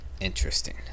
Interesting